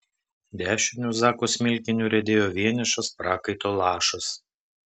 dešiniu zako smilkiniu riedėjo vienišas prakaito lašas